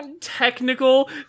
technical